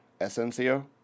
SNCO